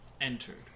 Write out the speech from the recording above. entered